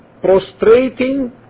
prostrating